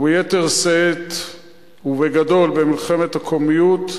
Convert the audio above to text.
וביתר שאת ובגדול במלחמת הקוממיות,